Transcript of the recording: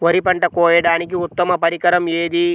వరి పంట కోయడానికి ఉత్తమ పరికరం ఏది?